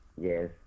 Yes